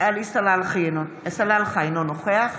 עלי סלאלחה, אינו נוכח